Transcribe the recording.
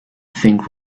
think